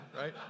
right